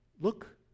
Look